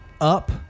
up